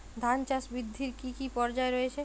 ধান চাষ বৃদ্ধির কী কী পর্যায় রয়েছে?